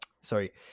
sorry